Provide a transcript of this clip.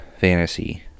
fantasy